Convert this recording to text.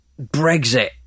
Brexit